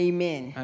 Amen